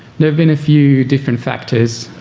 there have been a few different factors.